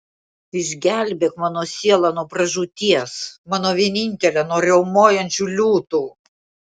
išgelbėk mano sielą nuo pražūties mano vienintelę nuo riaumojančių liūtų